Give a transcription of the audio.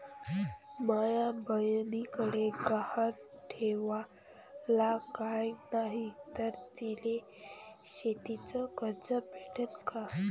माया बयनीकडे गहान ठेवाला काय नाही तर तिले शेतीच कर्ज भेटन का?